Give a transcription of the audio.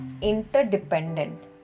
interdependent